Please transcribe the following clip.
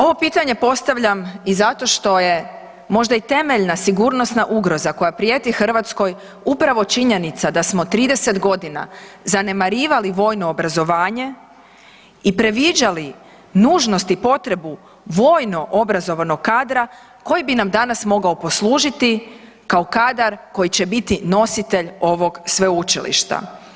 Ovo pitanje postavljam i zato što je možda i temeljna sigurnosna ugroza koja prijeti Hrvatskoj upravo činjenica da smo 30 godina zanemarivali vojno obrazovanje i previđali nužnost i potrebu vojno-obrazovnog kadra koji bi nam danas mogao poslužiti kao kadar koji će biti nositelj ovog sveučilišta.